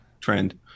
trend